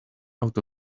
out